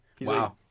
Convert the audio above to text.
Wow